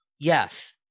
yes